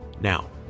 Now